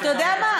אתה יודע מה?